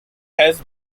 has